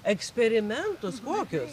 eksperimentus kokius